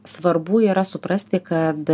svarbu yra suprasti kad